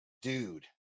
dude